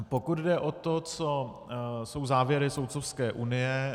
Pokud jde o to, co jsou závěry Soudcovské unie.